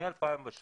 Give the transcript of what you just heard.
מ-2016